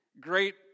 Great